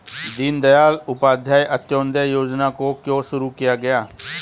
दीनदयाल उपाध्याय अंत्योदय योजना को क्यों शुरू किया गया?